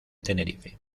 tenerife